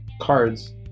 cards